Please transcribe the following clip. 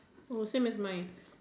oh same as mine